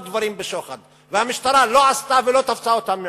דברים בשוחד והמשטרה לא עשתה ולא תפסה אותן מעולם,